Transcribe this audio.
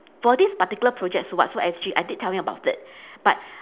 for this particular project sulwhasoo S_G I did tell him about it but